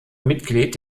mitglied